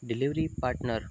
delivery partner